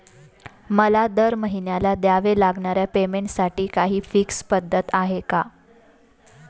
मला दरमहिन्याला द्यावे लागणाऱ्या पेमेंटसाठी काही फिक्स पद्धत आहे का?